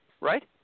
right